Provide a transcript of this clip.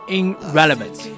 irrelevant